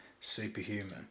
superhuman